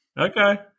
Okay